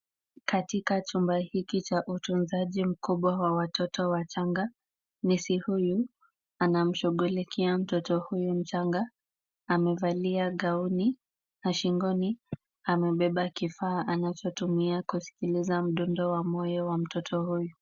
Katika chumba hiki cha utunzaji mkubwa wa watoto wachanga, nesi huyu anamshughulikia mtoto huyu mchanga, amevalia gauni na shingoni amebeba kifaa anachotumia kusikiliza mdundo wa moyo wa mtoto huyu.